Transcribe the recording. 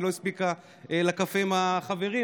והיא לא הספיקה לקפה עם החברים,